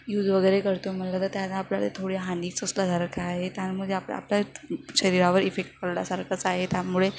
use वगैरे करतो म्हटलं तर त्यात आपल्याला थोडे हानी सोसल्यासारखं आहे त्यामुळे आपल्या आपल्या शरीरावर इफेक्ट पडल्यासारखंच आहे त्यामुळे